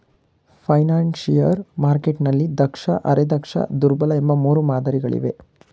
financial ಮಾರ್ಕೆಟ್ನಲ್ಲಿ ದಕ್ಷ, ಅರೆ ದಕ್ಷ, ದುರ್ಬಲ ಎಂಬ ಮೂರು ಮಾದರಿ ಗಳಿವೆ